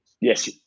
yes